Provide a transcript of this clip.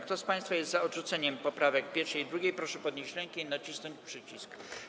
Kto z państwa jest za odrzuceniem poprawek 1. i 2., proszę podnieść rękę i nacisnąć przycisk.